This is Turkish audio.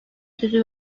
sözü